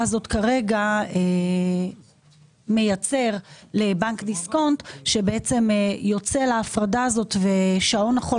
הזאת כרגע מייצר לבנק דיסקונט שבעצם יוצא להפרדה הזאת ושעון החול